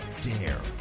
dare